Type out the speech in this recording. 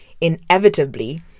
Inevitably